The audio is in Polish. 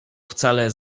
wcale